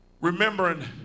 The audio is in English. remembering